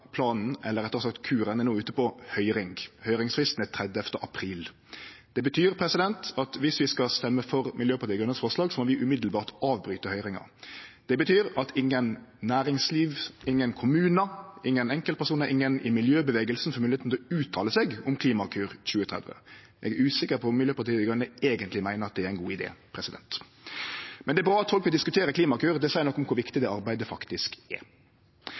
planen, eller rettare sagt kuren, no er ute på høyring. Høyringsfristen er 30. april. Det betyr at viss Stortinget stemmer for Miljøpartiet Dei Grønes forslag, må vi avbryte høyringa med ein gong. Det betyr at ingen i næringslivet, ingen kommunar, ingen enkeltpersonar, ingen i miljøbevegelsen får moglegheit til å uttale seg om Klimakur 2030. Eg er usikker på om Miljøpartiet Dei Grøne eigentleg meiner at det er ein god idé. Men det er bra at folk vil diskutere Klimakur. Det seier noko om kor viktig det arbeidet faktisk er.